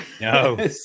No